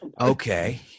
Okay